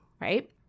right